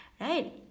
right